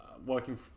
working